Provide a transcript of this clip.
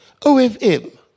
OFM